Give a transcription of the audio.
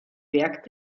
werk